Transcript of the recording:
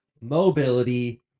mobility